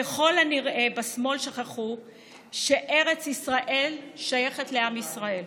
ככל הנראה בשמאל שכחו שארץ ישראל שייכת לעם ישראל.